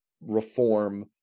reform